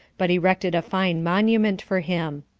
but erected a fine monument for him.